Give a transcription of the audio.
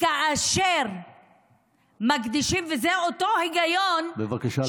כאשר מקדישים וזה אותו היגיון, בבקשה לסכם.